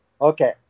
Okay